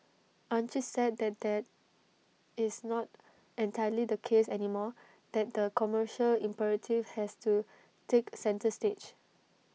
aren't you sad that that is not entirely the case anymore that the commercial imperative has to take centre stage